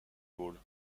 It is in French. ball